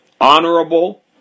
honorable